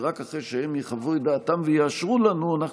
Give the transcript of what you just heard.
ורק אחרי שהם יחוו את דעתם ויאשרו לנו אנחנו